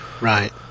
Right